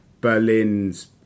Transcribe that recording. Berlin's